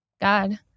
God